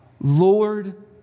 Lord